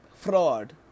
fraud